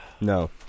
No